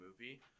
movie